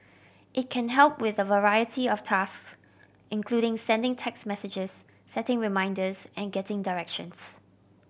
it can help with a variety of tasks including sending text messages setting reminders and getting directions